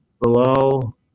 Bilal